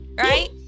Right